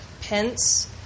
Pence